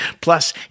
plus